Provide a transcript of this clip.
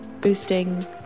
boosting